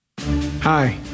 Hi